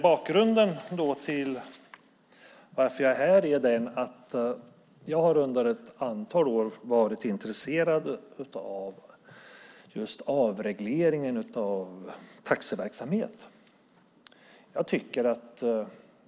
Bakgrunden till att jag är här är att jag under ett antal år har varit intresserad av avregleringen av taxiverksamhet.